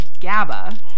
GABA